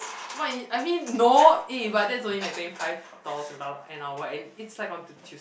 what if I mean no eh but that's only like twenty five dollars per hour an hour and it's like on the Tues